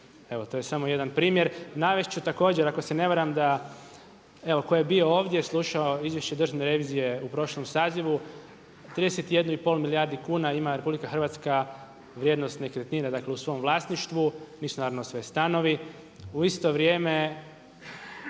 Evo to je samo jedan primjer. Navest ću također ako se ne varam da evo tko je bio ovdje slušao izvješće Državne revizije u prošlom sazivu 31 i pol milijardu kuna ima RH vrijednost nekretnina, dakle u svom vlasništvu. Nisu naravno sve stanovi. U isto vrijeme